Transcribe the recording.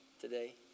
today